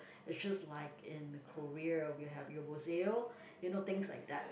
it's just like in Korea we will have yeoboseyo you know things like that